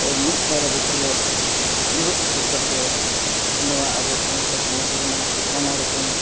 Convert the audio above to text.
ᱢᱤᱫ ᱫᱟᱨᱮ ᱵᱩᱴᱟᱹ ᱨᱮ ᱫᱩᱲᱩᱵ ᱛᱷᱤᱨ ᱠᱟᱛᱮᱫ ᱱᱚᱣᱟ ᱟᱵᱚ ᱥᱟᱶᱛᱟ ᱥᱚᱢᱟᱡᱽ ᱨᱮᱱᱟᱜ ᱱᱟᱱᱟᱨᱚᱠᱚᱢ